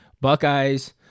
Buckeyes